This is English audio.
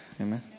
Amen